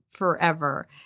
forever